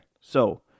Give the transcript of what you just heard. So-